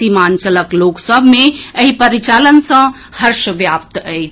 सीमांचलक लोक सभ मे एहि परिचालन सँ हर्ष व्याप्त अछि